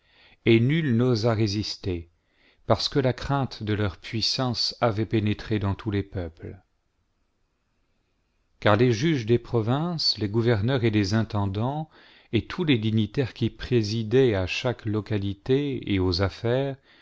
et nul n'osa résister parce que la crainte de leur puissance avait pénétré dans tous les peuples car les juges des provinces les gouverneurs et les intendants et tous les dignitaires qui présidaient à chaque localité et aux affaires